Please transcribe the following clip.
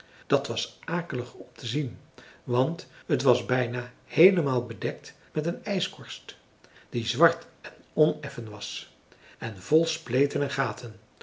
dat was akelig om te zien want het was bijna heelemaal bedekt met een ijskorst die zwart en oneffen was en vol spleten en gaten